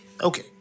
Okay